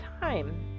time